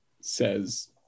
says